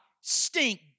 stink